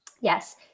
Yes